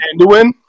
Anduin